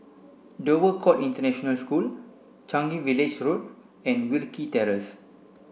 Dover Court International School Changi Village Road and Wilkie Terrace